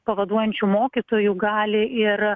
pavaduojančiu mokytoju gali ir